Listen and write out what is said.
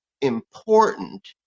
important